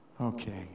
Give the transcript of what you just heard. Okay